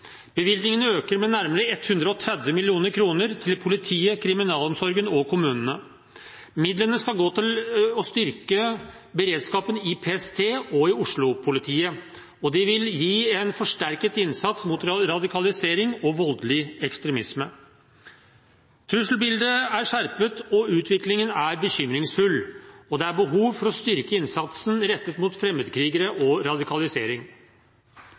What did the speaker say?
Bevilgningene øker med nærmere 130 mill. kr til politiet, kriminalomsorgen og kommunene. Midlene skal gå til å styrke beredskapen i PST og i Oslo-politiet, og de vil gi en forsterket innsats mot radikalisering og voldelig ekstremisme. Trusselbildet er skjerpet, og utviklingen er bekymringsfull, og det er behov for å styrke innsatsen rettet mot fremmedkrigere og radikalisering.